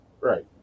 right